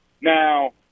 Now